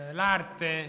l'arte